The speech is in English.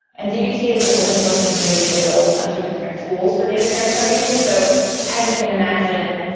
and dbt is an open source community that builds a bunch of different tools for data transformation. so as you can imagine,